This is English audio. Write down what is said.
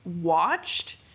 watched